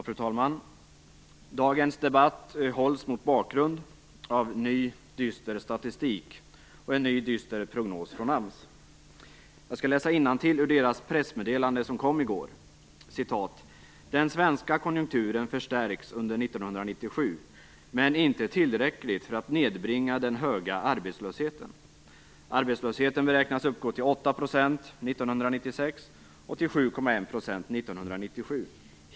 Fru talman! Dagens debatt hålls mot bakgrund av ny dyster statistik och en ny dyster prognos från AMS. Jag skall läsa innantill ur deras pressmeddelande som kom i går: "Den svenska konjunkturen förstärks under 1997, men inte tillräckligt för att nedbringa den höga arbetslösheten. Arbetslösheten beräknas uppgå till 8 procent 1996 och till 7,1 procent 1997.